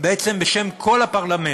בעצם בשם כל הפרלמנט,